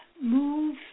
move